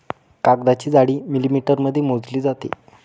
कागदाची जाडी मिलिमीटरमध्ये मोजली जाते